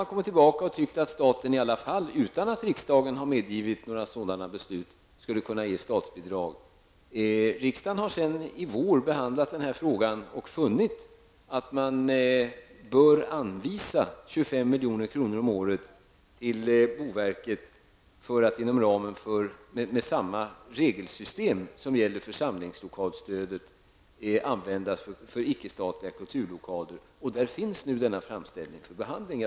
Man kom sedan tillbaka och ansåg att staten, utan att riksdagen har medgivit några sådana beslut, trots allt skulle kunna ge statsbidrag. Riksdagen behandlade därefter i våras frågan och fann att 25 milj.kr. om året bör anvisas till boverket för att användas för ickestatliga kulturlokaler med samma regelsystem som gäller för samlingslokalstödet. Denna framställning finns nu hos boverket för behandling.